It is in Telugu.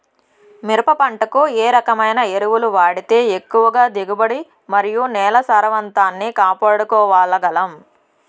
మిరప పంట కు ఏ రకమైన ఎరువులు వాడితే ఎక్కువగా దిగుబడి మరియు నేల సారవంతాన్ని కాపాడుకోవాల్ల గలం?